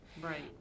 right